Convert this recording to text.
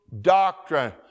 doctrine